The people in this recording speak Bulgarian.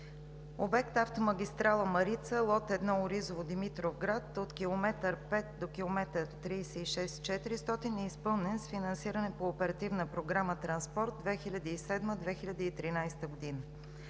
Обект автомагистрала „Марица“ лот 1 Оризово – Димитровград, от км 5 до км 36+400, e изпълнен с финансиране по Оперативна програма „Транспорт“ 2007 – 2013 г.